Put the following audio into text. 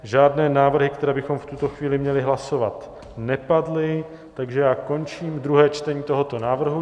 Žádné návrhy, které bychom v tuto chvíli měli hlasovat, nepadly, takže já končím druhé čtení tohoto návrhu.